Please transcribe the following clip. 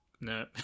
no